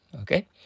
Okay